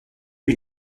lui